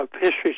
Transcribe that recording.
History